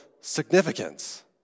significance